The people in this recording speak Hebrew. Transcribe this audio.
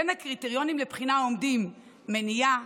בין הקריטריונים לבחינה עומדים מניעה,